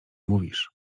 mówisz